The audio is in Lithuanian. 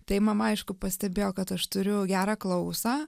tai mama aišku pastebėjo kad aš turiu gerą klausą